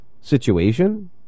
situation